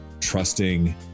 Trusting